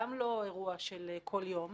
גם לא אירוע של כל יום,